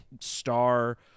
star